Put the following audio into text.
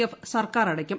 F സർക്കാർ അടയ്ക്കും